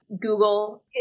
Google